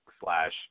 slash